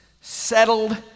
settled